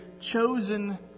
chosen